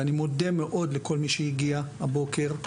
ואני מודה מאוד לכל מי שהגיע הבוקר.